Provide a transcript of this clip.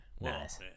Nice